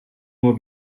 nur